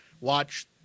Watch